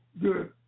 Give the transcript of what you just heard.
good